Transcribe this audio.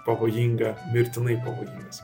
pavojinga mirtinai pavojingas